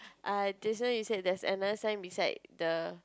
err this one you said theres another sign beside the